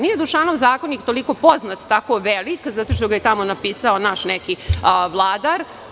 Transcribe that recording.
Nije Dušanov zakonik toliko poznat, tako velik zato što ga je tamo napisao naš neki vladar.